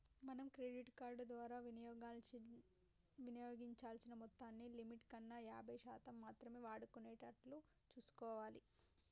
మనం credit card ద్వారా వినియోగించాల్సిన మొత్తాన్ని లిమిట్ కన్నా యాభై శాతం మాత్రమే వాడుకునేటట్లు చూసుకోవాలి